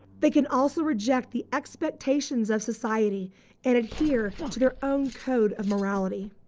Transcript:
they could also reject the expectations of society and adhere to their own code of morality.